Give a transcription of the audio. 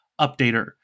updater